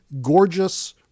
gorgeous